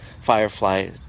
Firefly